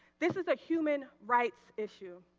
this is a human rights issue.